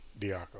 Diaco